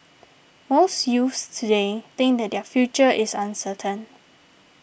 most youths today think that their future is uncertain